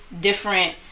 different